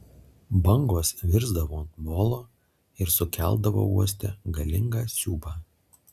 bangos virsdavo ant molo ir sukeldavo uoste galingą siūbą